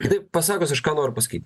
kitaip pasakius aš ką noriu pasakyt